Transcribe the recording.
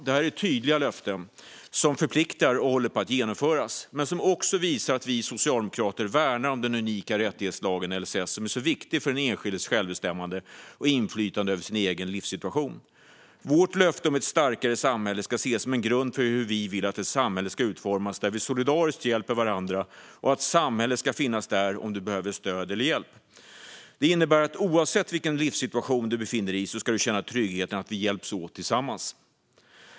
Det här är tydliga löften som förpliktar och håller på att genomföras. De visar också att vi socialdemokrater värnar om den unika rättighetslagen LSS, som är så viktig för den enskildes självbestämmande och inflytande över sin egen livssituation. Vårt löfte om ett starkare samhälle ska ses som en grund för hur vi vill att ett samhälle ska utformas där vi solidariskt hjälper varandra. Samhället ska finnas där om du behöver stöd eller hjälp. Det innebär att oavsett vilken livssituation du befinner dig i ska du känna tryggheten att vi hjälps åt tillsammans.